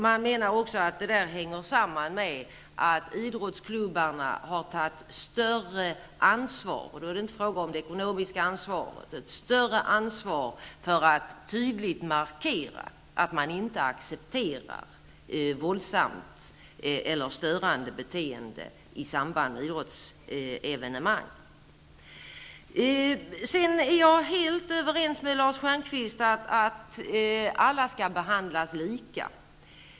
Man menar också att det hänger samman med att idrottsklubbarna har tagit större ansvar, och då är det inte fråga om ett ekonomiskt ansvar, för att tydligt markera att man inte accepterar våldsamt eller störande beteende i samband med idrottsevenemang. Sedan är jag helt överens med Lars Stjernkvist om att alla skall behandlas lika.